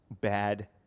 bad